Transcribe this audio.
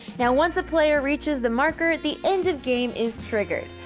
now, once a player reaches the marker, the end of game is triggered.